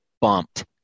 bumped